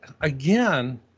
again